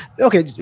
okay